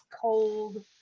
cold